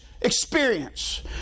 experience